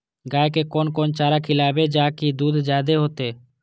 गाय के कोन कोन चारा खिलाबे जा की दूध जादे होते?